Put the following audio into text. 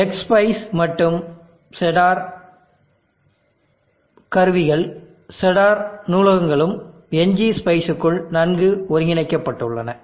Xspice மற்றும் Cedar கருவிகள் Cedar நூலகங்களும் ngspiceக்குள் நன்கு ஒருங்கிணைக்கப்பட்டுள்ளன